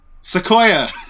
Sequoia